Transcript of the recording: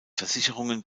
versicherungen